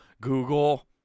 Google